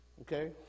okay